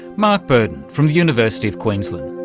mark burdon from the university of queensland.